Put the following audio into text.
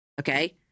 Okay